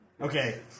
Okay